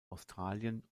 australien